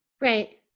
Right